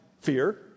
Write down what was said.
fear